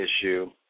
issue